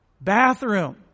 Bathroom